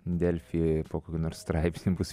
delfy po kokiu nors straipsniu bus